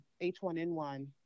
H1N1